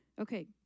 Okay